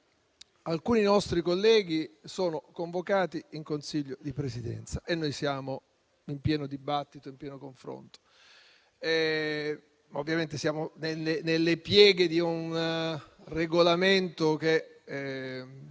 alcuni nostri colleghi sono convocati in Consiglio di Presidenza e noi siamo in pieno dibattito e nel pieno del confronto. Ovviamente, siamo nelle pieghe di un Regolamento che